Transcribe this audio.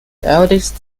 eldest